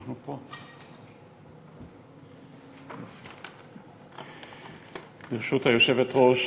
ברשות היושבת-ראש,